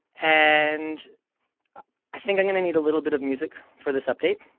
and i think i'm going to need a little bit of music for this update.